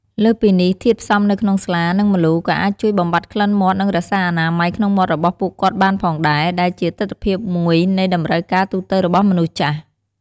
លើសពីនេះ ធាតុផ្សំនៅក្នុងស្លា និងម្លូ ក៏អាចជួយបំបាត់ក្លិនមាត់ និងរក្សាអនាម័យក្នុងមាត់របស់ពួកគាត់បានផងដែរ ដែលជាទិដ្ឋភាពមួយនៃតម្រូវការទូទៅរបស់មនុស្សចាស់។